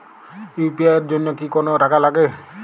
UPI এর জন্য কি কোনো টাকা লাগে?